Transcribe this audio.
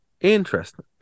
Interesting